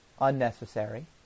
unnecessary